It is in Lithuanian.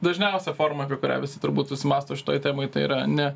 dažniausia forma apie kurią visi turbūt susimąsto šitoj temoj tai yra ne